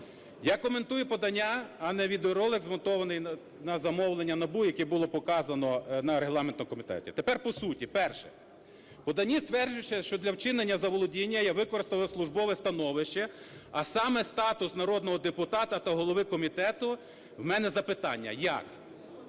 Я коментую подання, а не відеоролик, змонтований на замовлення НАБУ, який було показано на регламентному комітеті. Тепер по суті. Перше. В поданні стверджується, що для вчинення заволодіння я використав службове становище, а саме статус народного депутата та голови комітету. У мене запитання: як?